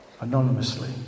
anonymously